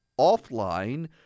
offline